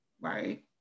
right